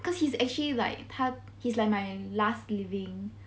cause he's actually like 他 he's like my last living